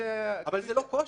זה לא קושי.